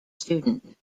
student